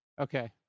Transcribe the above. Okay